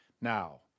Now